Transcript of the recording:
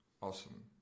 awesome